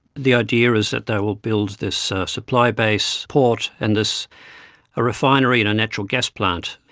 the idea is that they will build this supply base port and this ah refinery and natural gas plant.